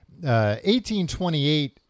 1828